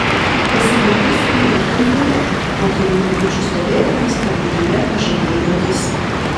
pasimatysime rytoj biure po kelių minučių stovėdamas tarpduryje pažadėjo jis